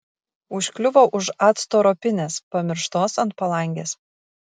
užkliuvo už acto ropinės pamirštos ant palangės